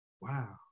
wow